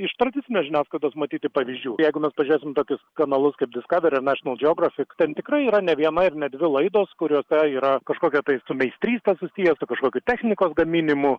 iš tradicinės žiniasklaidos matyti pavyzdžių jeigu mes pažiūrėsim tokius kanalus kaip discovery ar national geographic ten tikrai yra ne viena ir ne dvi laidos kuriose yra kažkokia tai su meistryste susiję su kažkokiu technikos gaminimu